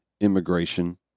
immigration